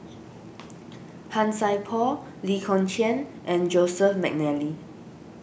Han Sai Por Lee Kong Chian and Joseph McNally